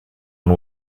one